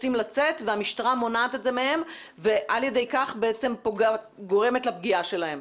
רוצים לצאת והמשטרה מונעת את זה מהם ועל ידי כך בעצם גורמת לפגיעה שלהם.